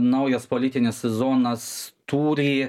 naujas politinis sezonas turi